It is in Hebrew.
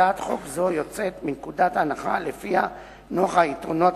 הצעת חוק זו יוצאת מנקודת ההנחה שלפיה נוכח היתרונות